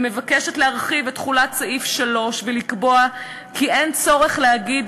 ומבקשת להרחיב את תחולת סעיף 3 ולקבוע כי אין צורך להגיד